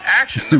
action